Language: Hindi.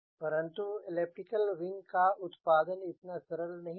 परन्तु एलिप्टिकल विंग का उत्पादन इतना सरल नहीं है